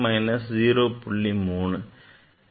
3 ஆகும்